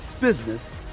business